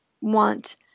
want